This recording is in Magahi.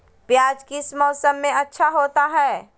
प्याज किस मौसम में अच्छा होता है?